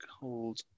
Cold